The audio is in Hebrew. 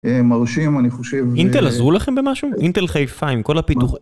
מרשים אני חושב אינטל עזרו לכם במשהו אינטל חיפה עם כל הפיתוח